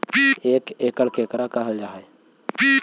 एक एकड़ केकरा कहल जा हइ?